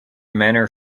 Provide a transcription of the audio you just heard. manner